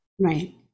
Right